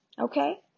Okay